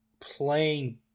playing